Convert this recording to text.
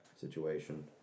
situation